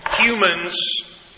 Humans